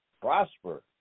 prosper